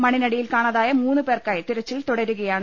മണ്ണിനടിയിൽ കാണാതായ മൂന്നു പേർക്കായി തെരച്ചിൽ തുടരുകയാണ്